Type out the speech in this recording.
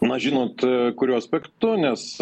na žinot kuriuo aspektu nes